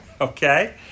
Okay